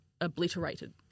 obliterated